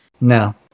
No